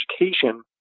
Education